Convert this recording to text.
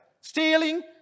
Stealing